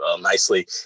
nicely